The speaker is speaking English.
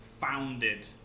founded